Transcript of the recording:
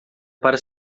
para